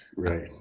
Right